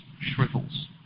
shrivels